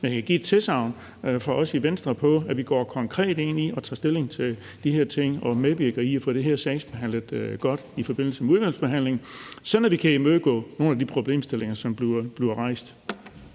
det. Jeg kan give et tilsagn fra os i Venstre på, at vi går konkret ind i og tager stilling til de her ting og medvirker i at få det her sagsbehandlet godt i forbindelse med udvalgsbehandlingen, sådan at vi kan imødegå nogle af de problemstillinger, som bliver rejst.